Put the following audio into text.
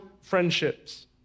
friendships